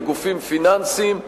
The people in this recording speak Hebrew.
בגופים פיננסיים.